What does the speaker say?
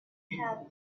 have